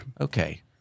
Okay